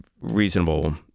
reasonable